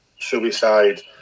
Suicide